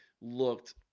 Looked